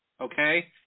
Okay